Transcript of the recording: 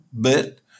bit